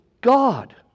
God